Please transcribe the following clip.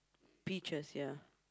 peaches yeah